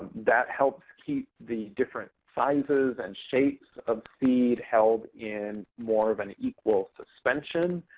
that helps keep the different sizes and shapes of seed held in more of an equal suspension.